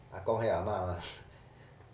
阿公还有阿嫲 mah